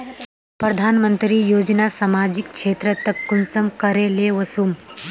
प्रधानमंत्री योजना सामाजिक क्षेत्र तक कुंसम करे ले वसुम?